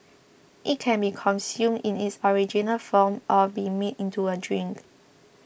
it can be consumed in its original form or be made into a drink